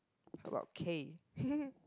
about cane